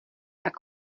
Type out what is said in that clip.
tak